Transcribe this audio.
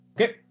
Okay